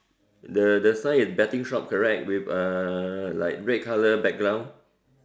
the the sign is betting shop correct with uh like red colour background